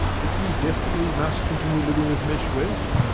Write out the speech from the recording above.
if you definitely must continue living with miss west,